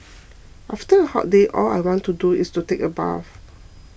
after a hot day all I want to do is to take a bath